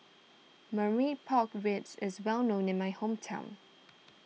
Marmite Pork Ribs is well known in my hometown